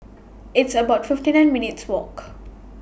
It's about fifty nine minutes' Walk